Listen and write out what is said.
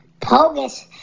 Pogus